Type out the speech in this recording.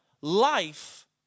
life